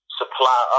supply